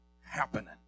happening